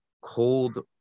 cold